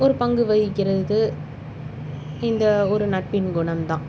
ஒரு பங்கு வகிக்கிறது இந்த ஒரு நட்பின் குணம் தான்